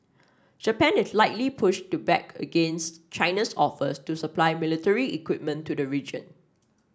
Japan is likely push to back against China's offers to supply military equipment to the region